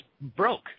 broke